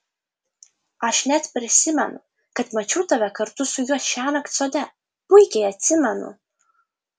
aš net prisimenu kad mačiau tave kartu su juo šiąnakt sode puikiai atsimenu